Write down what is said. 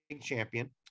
champion